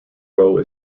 roe